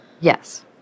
Yes